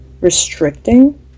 restricting